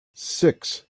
six